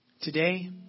today